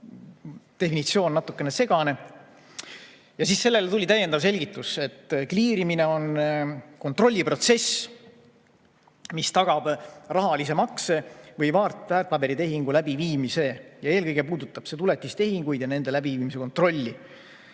segane. Sellele tuli täiendav selgitus: kliirimine on kontrolliprotsess, mis tagab rahalise makse või väärtpaberitehingu läbiviimise ja eelkõige puudutab see tuletistehinguid ja nende läbiviimise kontrolli.